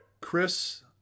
Chris